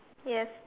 yes